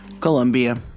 Colombia